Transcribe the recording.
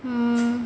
err